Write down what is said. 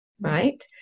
right